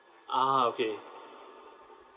ah okay